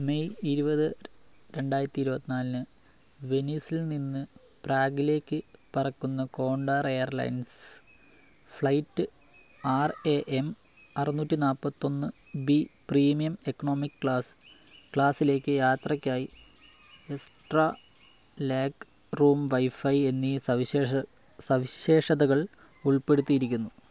May ഇരുപത് രണ്ടായിരത്തി ഇരുപത്തി നാലിന് വെനീസിൽ നിന്ന് പ്രാഗിലേക്ക് പറക്കുന്ന Condor airlines flight R A M അറുന്നൂറ്റി നാൽപ്പത്തൊന്ന് ബി പ്രീമിയം ഇക്കോണമിക് ക്ലാസ് ക്ലാസിലേക്ക് യാത്രക്കായി എക്സ്ട്രാ ലെഗ് റൂം വൈഫൈ എന്നീ സവിശേഷതകൾ ഉൾപ്പെടുത്തിയിരിക്കുന്നു